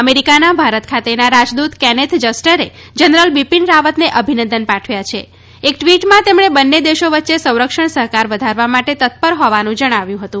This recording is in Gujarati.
અમેરિકાના ભારત ખાતેના રાજદૂત કેનેથ જસ્ટરે જનરલ બિપીન રાવતને અભિનંદન પાઠવ્યા છે એક ટવીટમાં તેમણે બંને દેશો વચ્ચે સંરક્ષણ સહકાર વધારવા માટે તત્પર હોવાનું તેમણે જણાવ્યું હતું